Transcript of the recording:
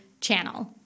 channel